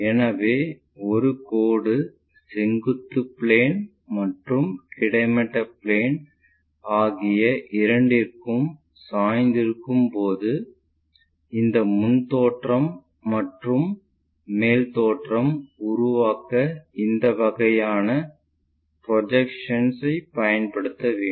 எனவே ஒரு கோடு செங்குத்து பிளேன் மற்றும் கிடைமட்ட பிளேன் ஆகிய இரண்டிற்கும் சாய்ந்திருக்கும் போது இந்த முன் தோற்றம் மேல் தோற்றம் Top view உருவாக்க இந்த வகையான ப்ரொஜெக்ஷன் பயன்படுத்த வேண்டும்